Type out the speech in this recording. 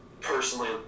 personally